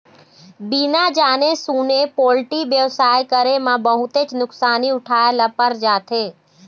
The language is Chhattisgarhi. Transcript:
बिना जाने सूने पोल्टी बेवसाय करे म बहुतेच नुकसानी उठाए ल पर जाथे